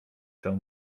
czemu